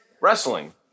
wrestling